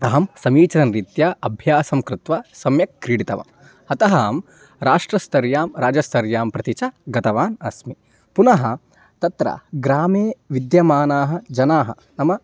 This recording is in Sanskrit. अहं समीचीनरीत्या अभ्यासं कृत्वा सम्यक् क्रीडितवा अतः अहं राष्ट्रस्तरे राज्यस्तरे प्रति च गतवान् अस्मि पुनः तत्र ग्रामे विद्यमानाः जनाः नाम